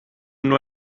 nur